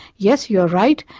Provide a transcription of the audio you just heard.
yes, you're right,